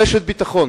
רשת ביטחון,